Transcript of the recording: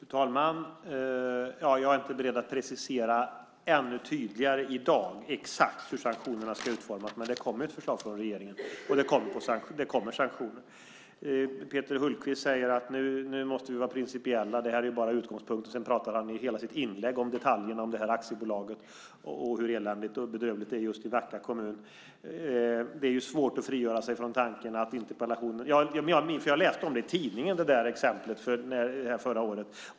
Fru talman! Jag är inte i dag beredd att precisera ännu tydligare exakt hur sanktionerna ska utformas, men det kommer ett förslag från regeringen, och det kommer sanktioner. Peter Hultqvist säger att vi nu måste vara principiella. Sedan pratar han i hela sitt inlägg om detaljerna kring detta aktiebolag och hur eländigt och bedrövligt det är i just Nacka kommun. Jag läste om detta exempel i tidningen förra året.